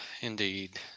Indeed